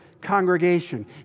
congregation